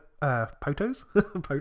photos